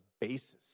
basis